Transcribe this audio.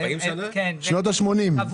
שנות ה-80.